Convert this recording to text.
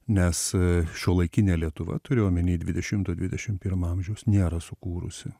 nes šiuolaikinė lietuva turiu omeny dvidešimto dvidešim pirmo amžiaus nėra sukūrusi